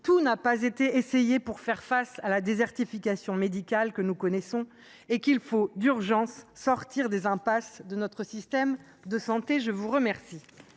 tout n’a pas été essayé pour faire face à la désertification médicale que nous connaissons. Il faut d’urgence sortir des impasses de notre système de santé ! La parole